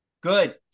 good